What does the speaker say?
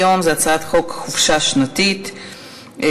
היום היא הצעת חוק חופשה שנתית (תיקון,